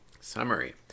Summary